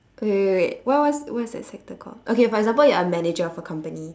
wait wait wait wait wait what what what's that sector called okay for example you're a manager for company